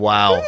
Wow